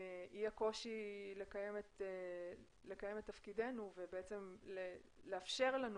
יהיה קושי לקיים את תפקידנו ולאפשר לנו